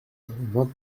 vingt